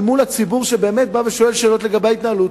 אל מול הציבור שבאמת שואל שאלות על ההתנהלות